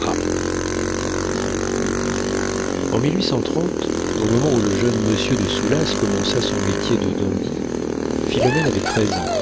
ah en au moment où le jeune monsieur de soulas commença son métier de dandy philomène avait treize ans